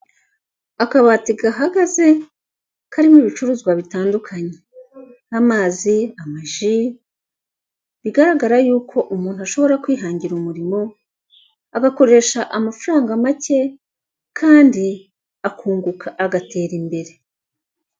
Akabati gahagaze karimo ibicuruzwa bitandukanye nk'amazi, amaji bigaragara yuko umuntu ashobora kwihangira umurimo agakoresha amafaranga make kandi akunguka agatera imbere.